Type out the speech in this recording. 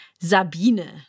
Sabine